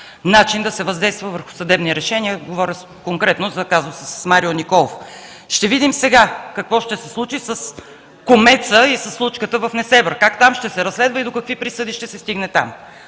начин да се въздейства върху съдебни решения – говоря конкретно за казуса с Марио Николов. Ще видим сега какво ще се случи с „Кумеца” и със случката в Несебър – как там ще се разследва и до какви присъди ще се стигне там?